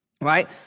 Right